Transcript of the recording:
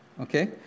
Okay